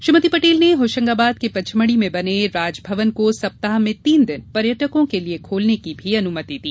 श्रीमति पटेल ने होशंगाबाद के पचमढ़ी में बने राजभवन को सप्ताह में तीन दिन पर्यटकों के लिये खोलने की भी अनुमति दी